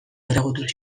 erregutu